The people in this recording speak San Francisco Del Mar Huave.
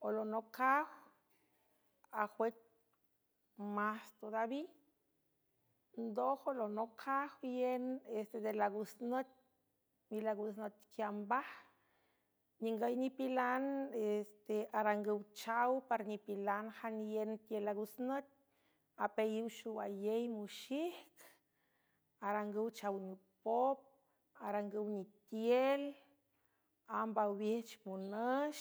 jjuolonocaj ajwüc más todavi ndójo lonojaj ien es te de lagus nüt milagus nüt quiambaj ningüy nipilan este arangüw chaw parnipilan janien tiel lagus nüt apeayiw xow ayey muxijc arangüw chaw niepop arangüw nitiel amb awijch monüx.